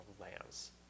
lands